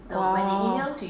!wow!